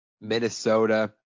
Minnesota